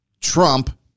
Trump